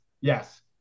Yes